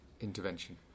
intervention